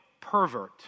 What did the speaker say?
Pervert